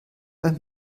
beim